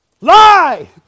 Lie